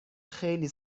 خیلی